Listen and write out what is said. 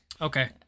Okay